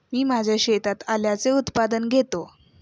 मी माझ्या शेतात आल्याचे उत्पादन घेतो